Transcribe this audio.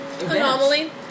Anomaly